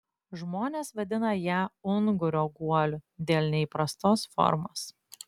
žmonės vadina ją ungurio guoliu dėl neįprastos formos